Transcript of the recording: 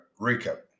recap